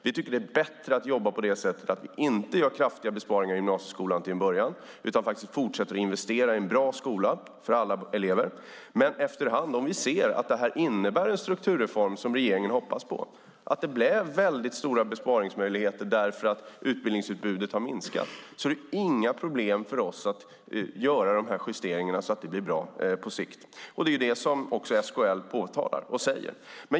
Vi tycker att det är bättre att jobba på det sättet att vi inte gör kraftiga besparingar i gymnasieskolan till en början utan fortsätter att investera i en bra skola för alla elever. Men om vi efter hand ser att det här inneburit den strukturreform som regeringen hoppas på, att det blivit väldigt stora besparingsmöjligheter därför att utbildningsutbudet har minskat är det inga problem för oss att göra de här justeringarna så att det blir bra på sikt. Det är också det som SKL påtalar och säger.